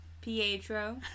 Pietro